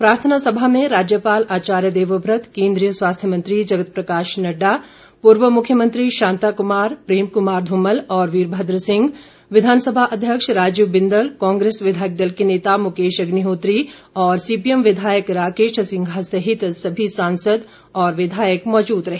प्रार्थना सभा में राज्यपाल आचार्य देवव्रत केन्द्रीय स्वास्थ्य मंत्री जगत प्रकाश नड्डा पूर्व मुख्यमंत्री शांता कुमार प्रेम कुमार धूमल और वीरभद्र सिंह विधानसभा अध्यक्ष राजीव बिंदल कांग्रेस विधायक दल के नेता मुकेश अग्निहोत्री और सीपीएम विधायक राकेश सिंघा सहित सभी सांसद और विधायक मौजूद रहे